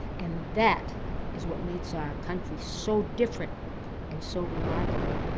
and that is what makes our country so different and so remarkable.